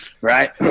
Right